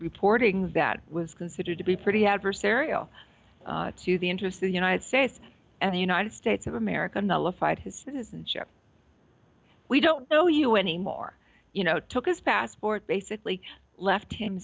reporting that was considered to be pretty adversarial to the interests of the united states and the united states of america nullified his citizenship we don't know you anymore you know took his passport basically left him